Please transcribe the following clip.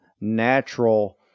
natural